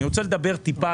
אני שומע פה דאגה.